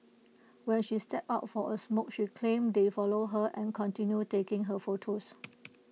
when she stepped out for A smoke she claims they followed her and continued taking her photos